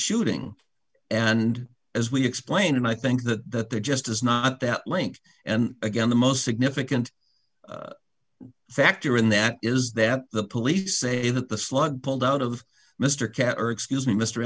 shooting and as we explained i think that there just is not that link and again the most significant factor in that is that the police say that the slug pulled out of mr katter excuse me mr